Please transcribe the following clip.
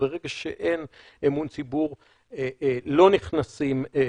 וברגע שאין אמון ציבור לא נכנסים לבידוד.